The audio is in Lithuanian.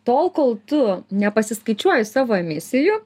tol kol tu nepasiskaičiuoji savo emisijų